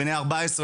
בני ארבע עשרה,